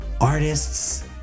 Artists